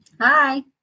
Hi